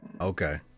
Okay